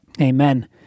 Amen